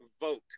vote